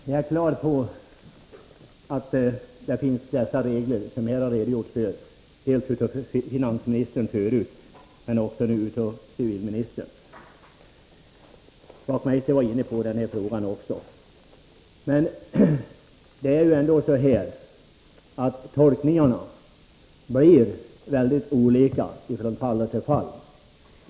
Herr talman! Jag är på det klara med att det finns sådana regler som finansministern och nu också civilministern har redogjort för. Herr Wachtmeister var också inne på detta. Men tolkningarna blir ändå mycket olika från fall till fall.